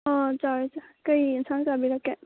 ꯑꯥ ꯆꯥꯔꯦ ꯆꯥꯔꯦ ꯀꯔꯤ ꯑꯦꯟꯁꯥꯡ ꯆꯥꯕꯤꯔꯛꯀꯦ